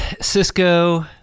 Cisco